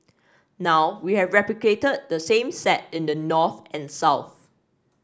now we have replicated the same set in the north and south